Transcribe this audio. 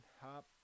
Hop